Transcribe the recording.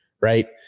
right